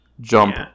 jump